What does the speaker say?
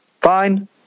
Fine